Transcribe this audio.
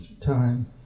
time